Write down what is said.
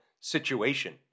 situation